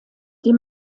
die